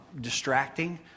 distracting